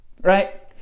right